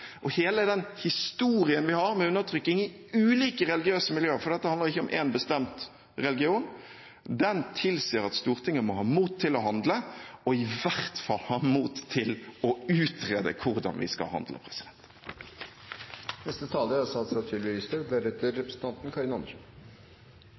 våren, hele den historien vi har med undertrykking i ulike religiøse miljøer – for det handler ikke om én bestemt religion – tilsier at Stortinget må ha mot til å handle, og i hvert fall ha mot til å utrede hvordan vi skal handle. Jeg vil takke for en veldig god debatt, og jeg synes det er